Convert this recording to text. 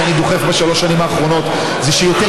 שאני דוחף בשלוש השנים האחרונות הוא שיותר